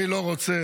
אני לא רוצה,